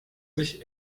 sich